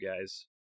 guys